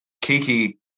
Kiki